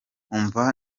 umva